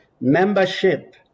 membership